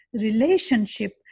relationship